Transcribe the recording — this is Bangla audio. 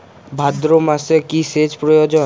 ভাদ্রমাসে কি সেচ প্রয়োজন?